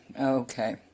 Okay